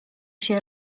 się